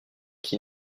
qui